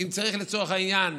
שאם צריך מפקחים, לצורך העניין,